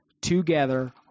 together